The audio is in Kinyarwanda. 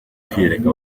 kwiyereka